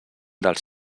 dels